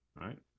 right